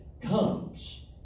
comes